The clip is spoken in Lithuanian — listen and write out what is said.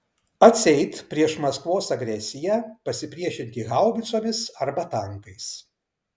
atseit prieš maskvos agresiją pasipriešinti haubicomis arba tankais